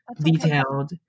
detailed